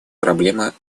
проблема